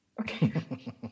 Okay